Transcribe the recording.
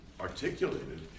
articulated